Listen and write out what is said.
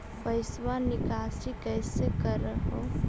पैसवा निकासी कैसे कर हो?